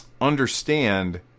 understand